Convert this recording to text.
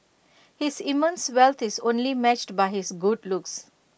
his immense wealth is only matched by his good looks